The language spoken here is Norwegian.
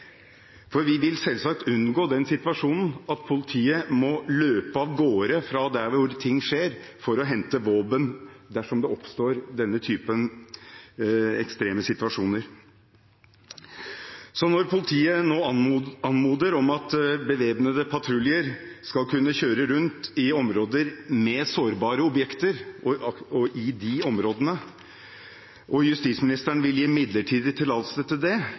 For vi vil selvsagt unngå den situasjonen at politiet må løpe av gårde fra der hvor ting skjer, for å hente våpen dersom denne typen ekstreme situasjoner oppstår. Så når politiet nå anmoder om at bevæpnede patruljer skal kunne kjøre rundt i områder med sårbare objekter og justisministeren vil gi midlertidig tillatelse til det,